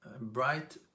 bright